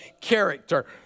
character